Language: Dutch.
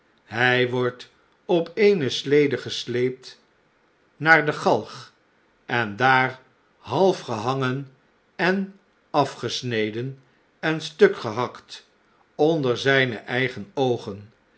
hij wordt op eene slede gesleept naar de galg en daar half gehangen en afgesneden en stuk gehakt onder zijne eigen oogen